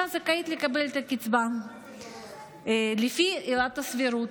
האישה זכאית לקבל את הקצבה לפי עילת הסבירות,